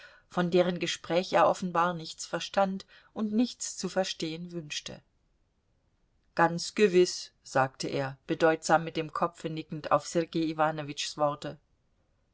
von deren gespräch er offenbar nichts verstand und nichts zu verstehen wünschte ganz gewiß sagte er bedeutsam mit dem kopfe nickend auf sergei iwanowitschs worte